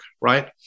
right